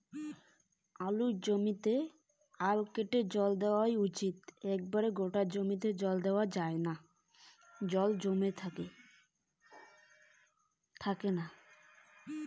আলুর জমিতে আল কেটে জল দেওয়া উচিৎ নাকি একেবারে গোটা জমিতে?